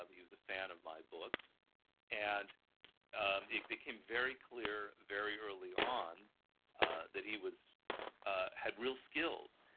ah but he was a fan of my books and and it became very clear, very early on ah that he ah had real skills,